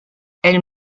elle